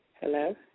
Hello